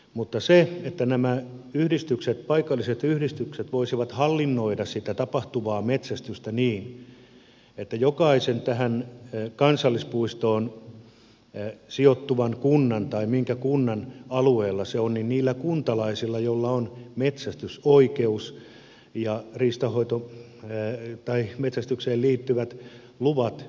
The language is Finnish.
mutta nämä paikalliset yhdistykset voisivat hallinnoida sitä tapahtuvaa metsästystä niin että jokaisella tähän kansallispuistoon sijoittuvan kunnan tai kunnan jonka alueella se on kuntalaisella jolla on metsästysoikeus ja metsästykseen liittyvät luvat